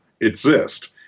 exist